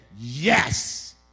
yes